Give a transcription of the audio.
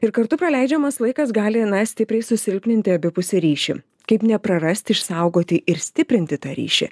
ir kartu praleidžiamas laikas gali na stipriai susilpninti abipusį ryšį kaip neprarasti išsaugoti ir stiprinti tą ryšį